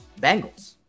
Bengals